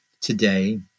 today